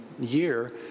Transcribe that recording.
year